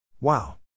Wow